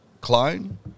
clone